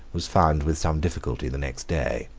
was found with some difficulty the next day.